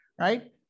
right